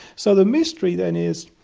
so the mystery then is.